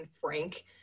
Frank